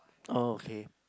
oh okay